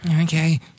Okay